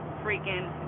freaking